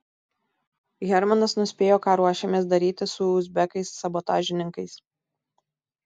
hermanas nuspėjo ką ruošiamės daryti su uzbekais sabotažininkais